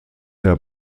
der